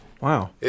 Wow